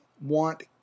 want